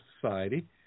society